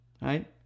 right